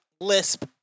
lisp